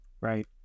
Right